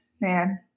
man